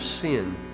sin